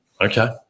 Okay